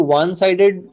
one-sided